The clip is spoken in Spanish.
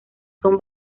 son